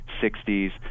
60s